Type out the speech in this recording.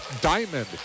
Diamond